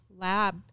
lab